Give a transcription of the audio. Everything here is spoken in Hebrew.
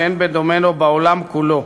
שאין בדומה לו בעולם כולו,